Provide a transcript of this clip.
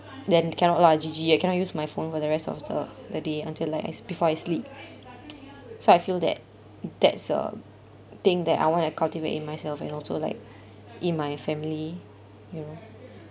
then cannot lah G_G I cannot use my phone for the rest of the the day until like I before I sleep so I feel that that's a thing that I want to cultivate in myself and also like in my family you know